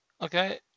Okay